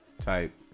type